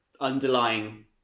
underlying